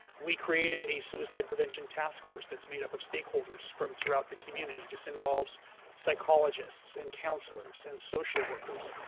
we created a suicide prevention task force that's made up of stakeholders from throughout the community. this involves psychologists and counselors and social workers,